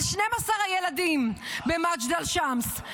על 12 הילדים במג'דל שמס,